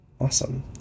awesome